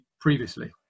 previously